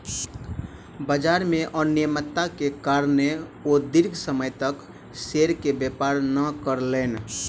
बजार में अनियमित्ता के कारणें ओ दीर्घ समय तक शेयर के व्यापार नै केलैन